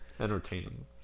Entertaining